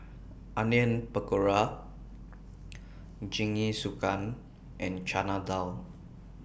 Onion Pakora Jingisukan and Chana Dal